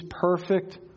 perfect